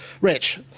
Rich